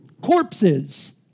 corpses